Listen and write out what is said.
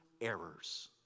errors